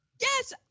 Yes